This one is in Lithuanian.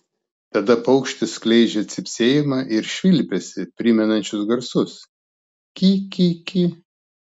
tada paukštis skleidžia cypsėjimą ir švilpesį primenančius garsus ki ki ki